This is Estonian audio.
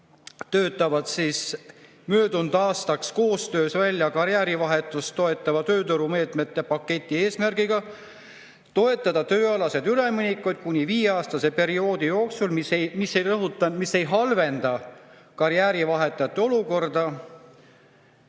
töötavad möödunud aastaks koostöös välja karjäärivahetust toetava tööturumeetmete paketi eesmärgiga toetada tööalaseid üleminekuid kuni viieaastase perioodi jooksul, mis – rõhutan – ei halvenda karjäärivahetajate olukorda.